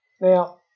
Now